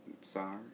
sorry